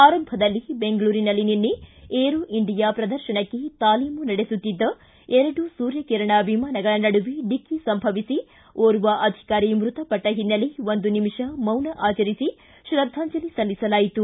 ಆರಂಭದಲ್ಲಿ ಬೆಂಗಳೂರಿನಲ್ಲಿ ನಿನ್ನೆ ಏರೋ ಇಂಡಿಯಾ ಪ್ರದರ್ಶನಕ್ಕೆ ತಾಲೀಮು ನಡೆಸುತ್ತಿದ್ದ ಎರಡು ಸೂರ್ಯ ಕಿರಣ ವಿಮಾನಗಳ ನಡುವೆ ಡಿಕ್ಕಿ ಸಂಭವಿಸಿ ಓರ್ವ ಅಧಿಕಾರಿ ಮೃತಪಟ್ಷ ಹಿನ್ನೆಲೆ ಒಂದು ನಿಮಿಷ ಮೌನ ಆಚರಿಸಿ ಶ್ರದ್ದಾಂಜಲಿ ಸಲ್ಲಿಸಲಾಯಿತು